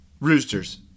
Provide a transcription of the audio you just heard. Roosters